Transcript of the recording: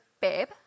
Babe